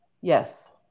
yes